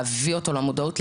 להביא אותו למודעות,